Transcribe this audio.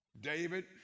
David